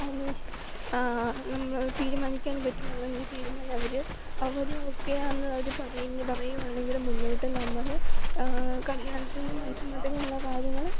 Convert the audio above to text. അന്വേഷിച്ചു നമ്മൾ തീരുമാനിക്കാൻ പറ്റും അങ്ങനെയൊരു തീരുമാനം അവർ അവർ ഓക്കെയാണെന്ന് അവർ പറയുന്നു പറയുകയാണെങ്കിൽ മുന്നോട്ട് നമ്മൾ കല്യാണത്തിനും മനസമ്മതത്തിനുമുള്ള കാര്യങ്ങൾ നോക്കും